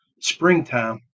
springtime